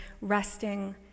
resting